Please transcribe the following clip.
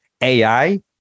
AI